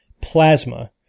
plasma